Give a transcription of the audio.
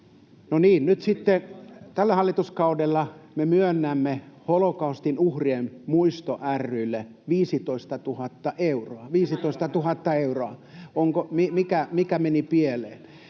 tällä hallituskaudella me myönnämme Holokaustin uhrien muisto ry:lle 15 000 euroa, 15 000 euroa.